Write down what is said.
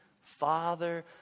Father